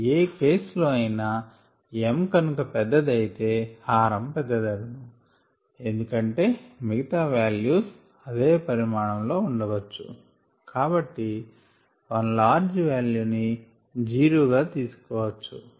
ఏ case లో అయినా m కనుక పెద్దది అయితే హారం పెద్దది అగును ఎందుకంటే మిగతా వాల్యూస్ అదే పరిమాణం లో ఉండవచ్చు కాబట్టి 1 లార్జ్ వాల్యూ ని '0' గా తీసుకోవచ్చు